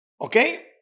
okay